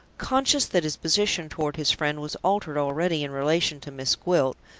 conscious that his position toward his friend was altered already in relation to miss gwilt,